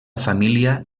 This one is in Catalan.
família